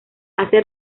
hace